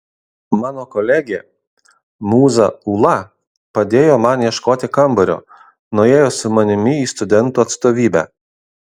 mano kolegė mūza ūla padėjo man ieškoti kambario nuėjo su manimi į studentų atstovybę